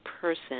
person